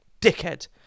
dickhead